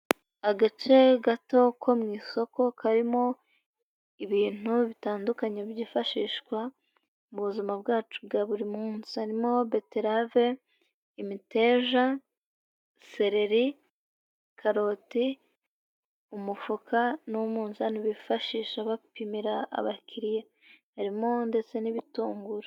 Agace gato ko mu isoko karimo ibintu bitandukanye byifashishwa mu buzima bwacu bwa buri munsi. Harimo beterave, imiteja, sereri, karote umufuka n'umunzani bifashisha bapimira abakiriya. Harimo ndetse n'ibitunguru.